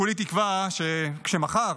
כולי תקווה, שכשמחר